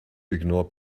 ignore